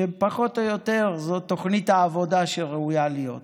שפחות או יותר, זאת תוכנית העבודה שראויה להיות.